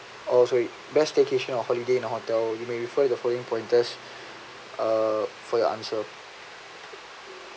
oh so it's best staycation or holiday in a hotel you may refer the following pointers uh for your answer